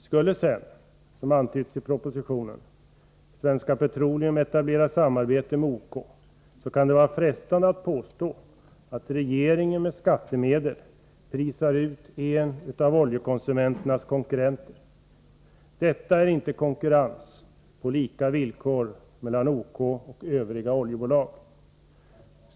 Skulle sedan, som antytts i propositionen, Svenska Petroleum etablera samarbete med OK, kan det vara frestande att påstå att regeringen med skattemedel prisar ut en av OK:s konkurrenter. Detta är inte konkurrens på lika villkor mellan OK och övriga oljebolag.